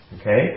Okay